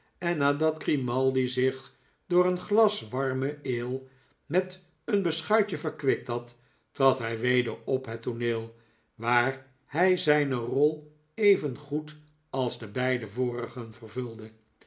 en nadat grimaldi zich door een glas warme ale met een beschuitje verkwikt had trad hij weder op het tooneel waar hij zijne rol evengoed als de beide vorigen vervulde